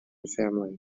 family